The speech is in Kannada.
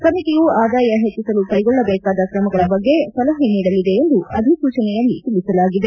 ಸಮಿತಿಯು ಆದಾಯ ಹೆಚ್ಚಸಲು ಕೈಗೊಳ್ಟದೇಕಾದ ಕ್ರಮಗಳ ಬಗ್ಗೆ ಸಲಹೆ ನೀಡಲಿದೆ ಎಂದು ಅಧಿಸೂಚನೆಯಲ್ಲಿ ತಿಳಿಸಲಾಗಿದೆ